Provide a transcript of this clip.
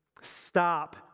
stop